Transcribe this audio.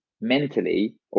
mentally